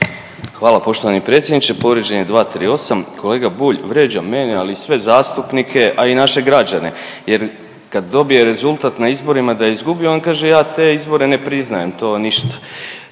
Hvala poštovani predsjedniče. Povrijeđen je 238., kolega Bulj vrijđa mene, ali i sve zastupnike, a i naše građane jer kad dobije rezultat na izborima da je izgubio on kaže ja te izbore ne priznajem, to ništa,